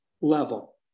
level